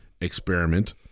experiment